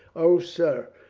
o, sir,